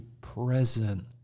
present